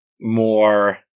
more